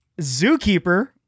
Zookeeper